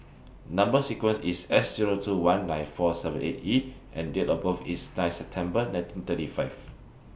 Number sequence IS S Zero two one nine four seven eight E and Date of birth IS nine September nineteen thirty five